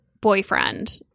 boyfriend